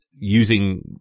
using